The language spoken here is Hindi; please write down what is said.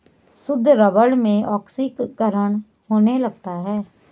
शुद्ध रबर में ऑक्सीकरण होने लगता है